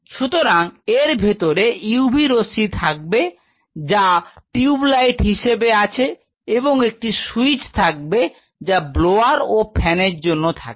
সুতরাং এর ভেতরে UV রশ্মি থাকবে যা টিউবলাইট হিসেবে আছে এবং একটি সুইচ থাকবে যা ব্লোয়ার ও ফ্যানের জন্য থাকবে